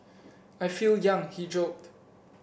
I feel young he joked